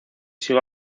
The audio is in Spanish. sigo